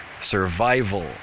survival